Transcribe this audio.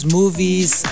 movies